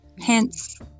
hence